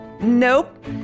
Nope